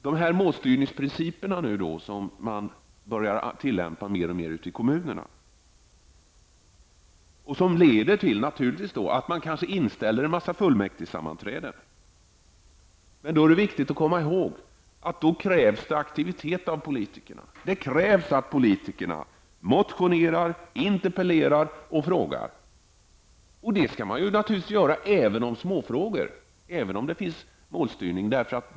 De här målstyrningsprinciperna, som man alltså börjar tillämpa mer och mer ute i kommunerna, leder kanske till att en mängd fullmäktigesammanträden ställs in. Då är det viktigt att komma ihåg att det krävs aktivitet från politikerna. Det krävs att politikerna väcker motioner, interpellerar och ställer frågor. Det skall man naturligtvis göra även i små frågor, även om det finns en målstyrning.